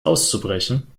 auszubrechen